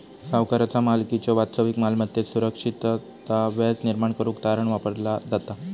सावकाराचा मालकीच्यो वास्तविक मालमत्तेत सुरक्षितता व्याज निर्माण करुक तारण वापरला जाता